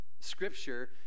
scripture